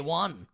one